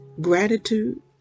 Gratitude